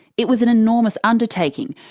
it was an enormous undertaking,